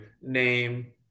name